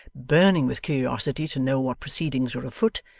burning with curiosity to know what proceedings were afoot,